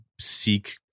seek